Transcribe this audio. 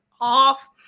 off